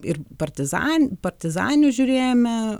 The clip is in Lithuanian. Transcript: ir partizan partizanių žiūrėjome